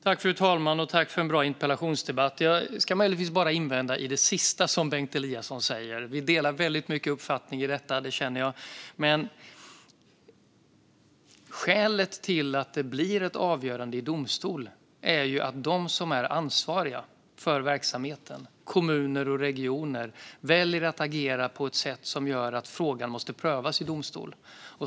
Fru talman! Tack, Bengt Eliasson, för en bra interpellationsdebatt! Jag vill bara invända mot det sista som Bengt Eliasson sa. I väldigt mycket delar vi uppfattning här, det känner jag. Men skälet till att det blir ett avgörande i domstol är ju att de som är ansvariga för verksamheten - kommuner och regioner - väljer att agera på ett sätt som gör att frågan måste prövas i domstol.